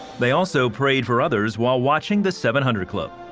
they also prayed for others while watching the seven hundred club.